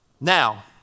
Now